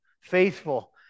Faithful